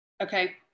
Okay